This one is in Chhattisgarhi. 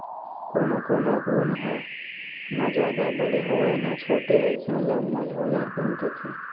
कोनो कोनो ऊन ह न जादा बड़े होवय न छोटे अइसन ल मझोलन ऊन कथें